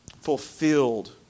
fulfilled